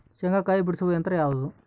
ಶೇಂಗಾಕಾಯಿ ಬಿಡಿಸುವ ಯಂತ್ರ ಯಾವುದು?